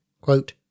Quote